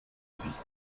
sich